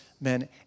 men